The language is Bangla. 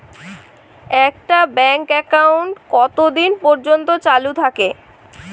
একটা ব্যাংক একাউন্ট কতদিন পর্যন্ত চালু থাকে?